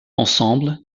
ensemble